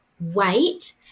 wait